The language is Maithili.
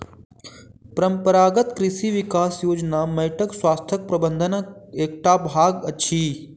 परंपरागत कृषि विकास योजना माइटक स्वास्थ्य प्रबंधनक एकटा भाग अछि